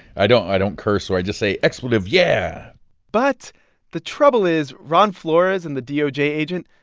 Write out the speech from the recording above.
i don't i don't curse. so i just say expletive yeah but the trouble is ron flores and the doj agent,